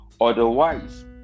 Otherwise